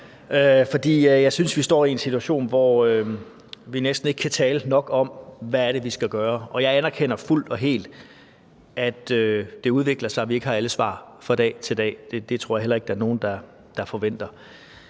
jeg synes, vi står i en situation, hvor vi næsten ikke kan tale nok om, hvad det er, vi skal gøre. Jeg anerkender fuldt og helt, at det udvikler sig, og at vi ikke har alle svar fra dag til dag. Det tror jeg heller ikke der er nogen der forventer.